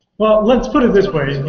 well, let's put it this way.